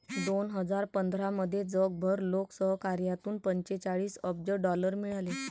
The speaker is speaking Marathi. दोन हजार पंधरामध्ये जगभर लोकसहकार्यातून पंचेचाळीस अब्ज डॉलर मिळाले